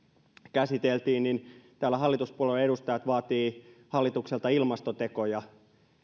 käsiteltiin niin täällä hallituspuolueiden edustajat vaativat hallitukselta ilmastotekoja